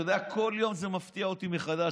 אתה יודע, כל יום זה מפתיע אותי מחדש.